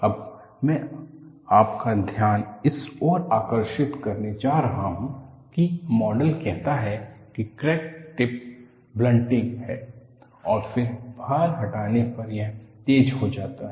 अब मैं आपका ध्यान इस ओर आकर्षित करने जा रहा हूं कि मॉडल कहता है कि क्रैक टिप ब्लंटिंग है और फिर भार हटाने पर यह तेज हो जाता है